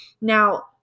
Now